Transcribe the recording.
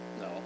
no